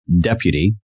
Deputy